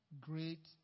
great